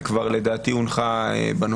ולדעתי כבר הונחה.